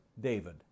David